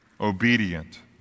obedient